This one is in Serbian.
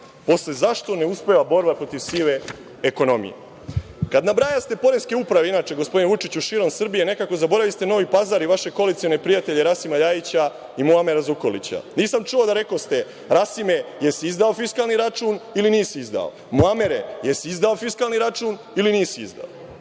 Posle – zašto ne uspeva borba protiv sive ekonomije? Kada nabrajaste poreske uprave, inače, gospodine Vučiću, širom Srbije, nekako zaboraviste Novi Pazar i vaše koalicione prijatelje Rasima LJajića i Muamera Zukorlića. Nisam čuo da rekoste – Rasime, jesi li izdao fiskalni račun ili nisi izdao, Muamere, jesi li izdao fiskalni račun ili nisi izdao? Ukupna